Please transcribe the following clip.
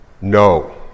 no